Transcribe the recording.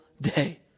day